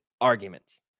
arguments